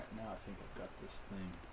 think i've got this thing